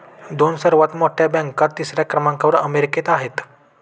दोन सर्वात मोठ्या बँका तिसऱ्या क्रमांकावर अमेरिकेत आहेत